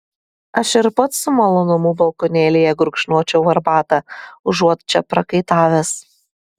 aš ir pats su malonumu balkonėlyje gurkšnočiau arbatą užuot čia prakaitavęs